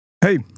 Hey